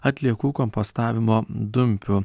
atliekų kompostavimo dumpių